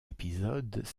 épisodes